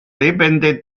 lebende